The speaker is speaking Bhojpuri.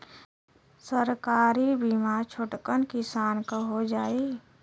सरकारी बीमा छोटकन किसान क हो जाई?